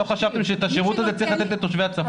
לא חשבתם שאת השירות הזה צריך לתת לתושבי הצפון?